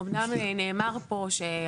אמנם נאמר פה,